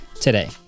today